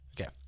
Okay